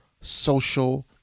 Social